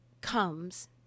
comes